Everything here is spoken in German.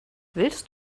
willst